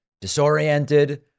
disoriented